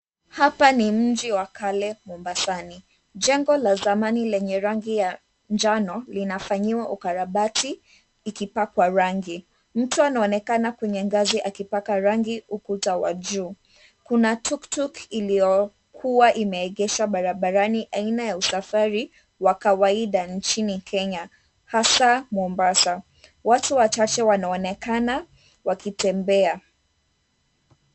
Mji wa kale wa mombasani jengo la zamani linafanyiwa ukarabati likipakwa rangi, mtu anaonekana kwenye ngazi akipaka ukuta wa juu rangi, kuna tuktuk iliyokuwa imeegeshwa barabarani aina ya usafari wa kawaida hasa mombasa.